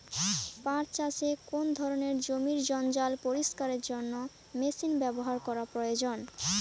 পাট চাষে কোন ধরনের জমির জঞ্জাল পরিষ্কারের জন্য মেশিন ব্যবহার করা প্রয়োজন?